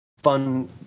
Fun